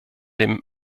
dem